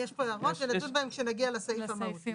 יש פה הערות שנתון בהן כשנגיע לסעיפי המהות,